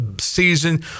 season